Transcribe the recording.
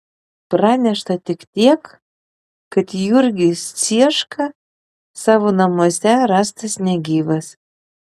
pranešta tik tiek kad jurgis cieška savo namuose rastas negyvas